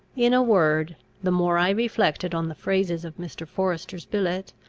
in a word, the more i reflected on the phrases of mr. forester's billet,